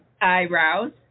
eyebrows